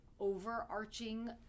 overarching